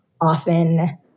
often